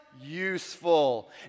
useful